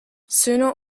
sooner